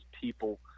people